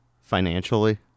financially